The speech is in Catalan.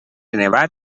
nevat